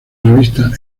revista